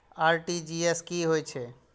RTGS की होय छै